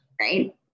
right